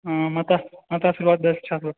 हाँ माता आशीर्वाद दै अच्छा हुए